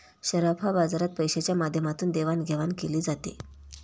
सराफा बाजारात पैशाच्या माध्यमातून देवाणघेवाण केली जाते